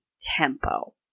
tempo